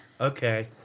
Okay